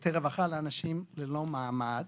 שירותי רווחה לאנשים ללא מעמד